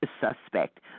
suspect